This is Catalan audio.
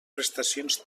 prestacions